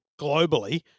globally